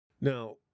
Now